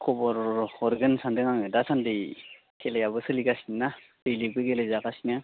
खबर हरगोन सानदों आङो दासान्दि खेलायाबो सोलिगासिनोना इजोंबो गेलेजागासिनो